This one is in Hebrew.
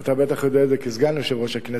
ואתה בטח יודע את זה כסגן יושב-ראש הכנסת,